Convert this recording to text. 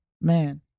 man